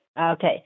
Okay